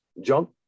junk